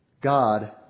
God